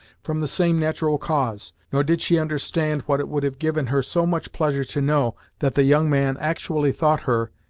from the same natural cause, nor did she understand what it would have given her so much pleasure to know, that the young man actually thought her,